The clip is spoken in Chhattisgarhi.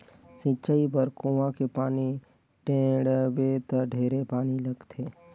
सिंचई बर कुआँ के पानी टेंड़बे त ढेरे पानी लगथे